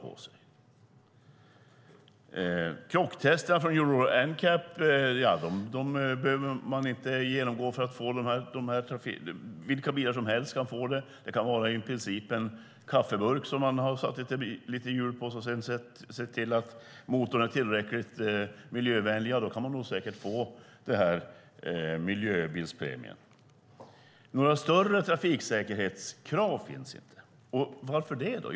Miljöbilarna behöver inte genomgå krocktesterna från Euro NCAP för att premien ska utgå. Premien kan utgå för vilka bilar som helst. Det kan vara i princip en kaffeburk som man har satt hjul på och sedan sett till att motorn är tillräckligt miljövänlig. Då kan man säkert få denna miljöbilspremie. Några större trafiksäkerhetskrav finns inte. Varför finns inte det?